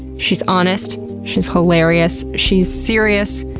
she's honest, she's hilarious, she's serious,